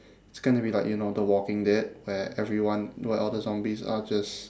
it's going to be like you know the walking dead where everyone where all the zombies are just